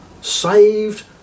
saved